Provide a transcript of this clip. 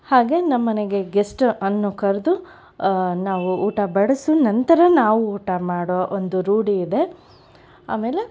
ಹಾಗೆ ನಮ್ಮ ಮನೆಗೆ ಗೆಸ್ಟನ್ನು ಕರೆದು ನಾವು ಊಟ ಬಡಿಸಿ ನಂತರ ನಾವು ಊಟ ಮಾಡೋ ಒಂದು ರೂಢಿ ಇದೆ ಆಮೇಲೆ